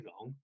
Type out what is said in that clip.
long